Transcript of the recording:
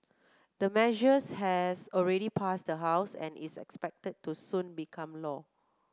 the measures has already passed the House and is expected to soon become law